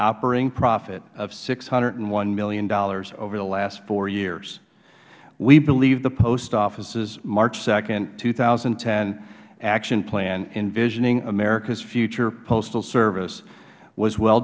operating profit of six hundred and one dollars million over the last four years we believe the post office's march nd two thousand and ten action plan envisioning america's future postal service was well